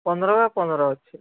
ପନ୍ଦର ବାଏ ପନ୍ଦର ଅଛେ